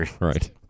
right